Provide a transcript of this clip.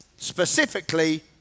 Specifically